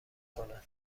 کنه